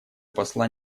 посла